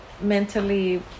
mentally